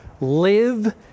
live